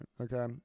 okay